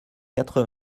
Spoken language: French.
quatre